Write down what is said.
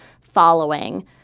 following